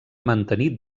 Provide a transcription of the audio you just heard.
mantenir